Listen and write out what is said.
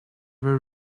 were